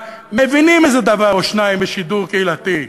מבינים איזה דבר או שניים בשידור קהילתי,